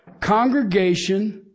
congregation